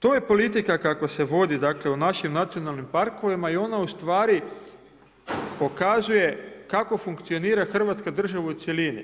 To je politika kakva se vodi u našim nacionalnim parkovima i ona ustvari pokazuje kako funkcionira Hrvatska država u cjelini.